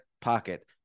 pocket